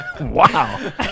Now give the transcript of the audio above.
Wow